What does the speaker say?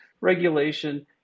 regulation